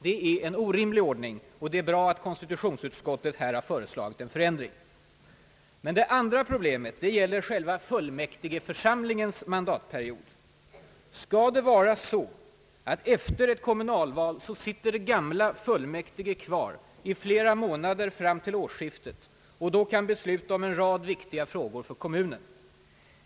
Detta är en orimlig ordning, och det är bra att konstitutionsutskottet här har föreslagit en förändring. Men det andra problemet gäller själva fullmäktigeförsamlingens mandatperiod. Skall det vara så att efter ett kommunalval sitter de gamla fullmäktige kvar i flera månader fram till årsskiftet och då kan fatta beslut om en rad för kommunen viktiga frågor?